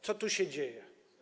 Co tu się dzieje?